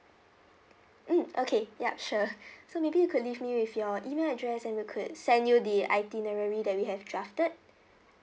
mm okay ya sure so maybe you could leave me with your email address and we could send you the itinerary that we have drafted